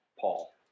Paul